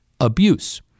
abuse